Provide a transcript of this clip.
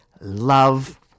Love